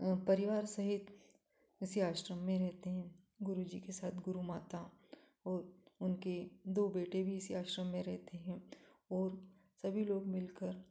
परिवार सहित इसी आश्रम में रहते हैं गुरुजी के साथ गुरु माता और उनके दो बेटे भी इसी आश्रम में रहते हैं और सभी लोग मिलकर